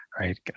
right